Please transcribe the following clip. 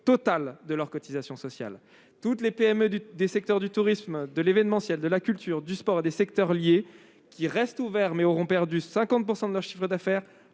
totale de leurs cotisations sociales. Toutes les PME du tourisme, de l'événementiel, de la culture, du sport et des secteurs liés, qui restent ouverts, mais qui enregistrent une perte de 50 % de leur chiffre d'affaires,